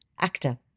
actor